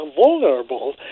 vulnerable